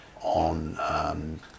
on